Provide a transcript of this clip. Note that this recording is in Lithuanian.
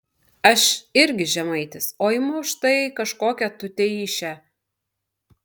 aš irgi žemaitis o imu štai kažkokią tuteišę